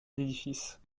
édifices